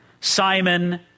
Simon